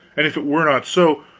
and if it were not so,